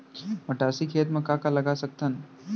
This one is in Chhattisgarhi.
मटासी खेत म का का लगा सकथन?